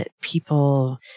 people